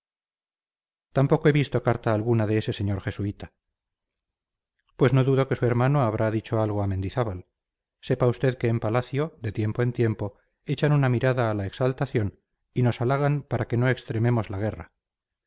tampoco he visto carta alguna de ese señor jesuita pues no dudo que su hermano habrá dicho algo a mendizábal sepa usted que en palacio de tiempo en tiempo echan una mirada a la exaltación y nos halagan para que no extrememos la guerra